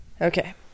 Okay